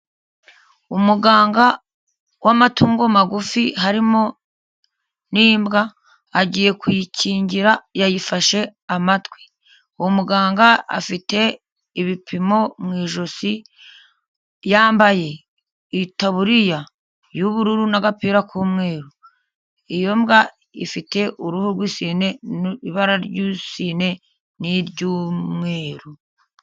Umuganga w'amatungo magufi harimo n'imbwa, agiye kuyikingira yayifashe amatwi, uwo muganga afite ibipimo mu ijosi yambaye itaburiya y'ubururu n'agapira k'umweru, iyo mbwa ifite uruhu rw'isine n'ibara ry'isine n'iry'umweru.